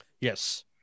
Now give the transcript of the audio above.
Yes